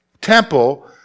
temple